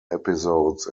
episodes